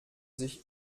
sich